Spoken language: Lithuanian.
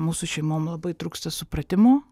mūsų šeimom labai trūksta supratimo